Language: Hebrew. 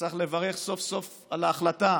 צריך לברך סוף-סוף על ההחלטה